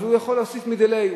אז הוא יכול להוסיף מדיליה,